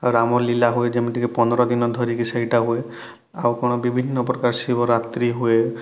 ଆଉ ରାମଲୀଳା ହୁଏ ଯେମିତିକି ପନ୍ଦର ଦିନ ଧରିକି ସେଇଟା ହୁଏ ଆଉ କ'ଣ ବିଭିନ୍ନ ପ୍ରକାର ଶିବ ରାତ୍ରି ହୁଏ